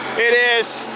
it is.